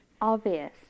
obvious